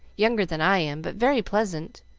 younger than i am, but very pleasant.